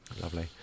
Lovely